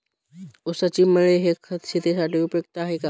ऊसाची मळी हे खत शेतीसाठी उपयुक्त आहे का?